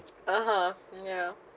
(uh huh) ya